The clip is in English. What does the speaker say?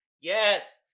yes